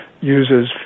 uses